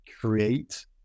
create